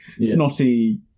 snotty